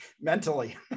mentally